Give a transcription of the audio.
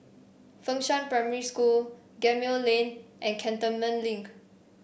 Fengshan Primary School Gemmill Lane and Cantonment Link